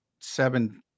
seven